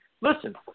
Listen